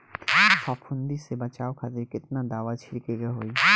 फाफूंदी से बचाव खातिर केतना दावा छीड़के के होई?